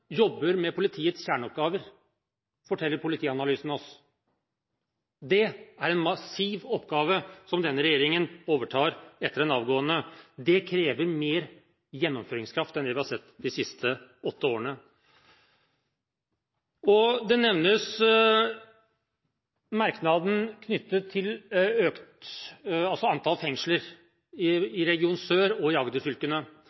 jobber med politiets kjerneoppgaver, forteller politianalysen oss. Det er en massiv oppgave denne regjeringen overtar etter den avgåtte. Det krever mer gjennomføringskraft enn det vi har sett de siste åtte årene. Man har nevnt merknaden